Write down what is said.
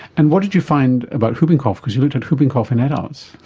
and what did you find about whooping cough, because you looked at whooping cough in adults?